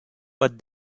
but